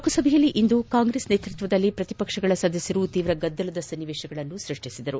ಲೋಕಸಭೆಯಲ್ಲಿಂದು ಕಾಂಗ್ರೆಸ್ ನೇತೃತ್ವದಲ್ಲಿ ಪ್ರತಿಪಕ್ಷಗಳ ಸದಸ್ಯರು ಗದ್ದಲದ ಸನ್ನವೇಶಗಳನ್ನು ಸೃಷ್ಷಿಸಿದರು